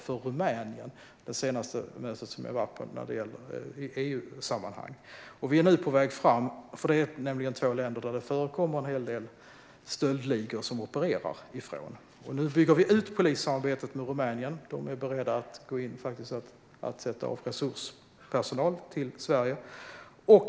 På det senaste mötet som jag var på i EU-sammanhang träffade jag företrädare för Litauen och Rumänien, två länder varifrån en hel del stöldligor opererar. Vi är nu på väg fram och bygger ut polissamarbetet med Rumänien. De är beredda att gå in och sätta av resurser och personal till Sverige.